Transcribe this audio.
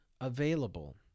available